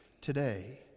today